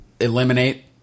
eliminate